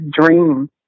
dream